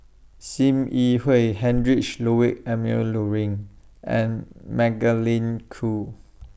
SIM Yi Hui Heinrich Ludwig Emil Luering and Magdalene Khoo